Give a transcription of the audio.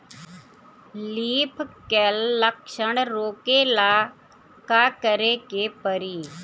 Leaf curl लक्षण रोकेला का करे के परी?